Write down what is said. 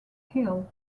hill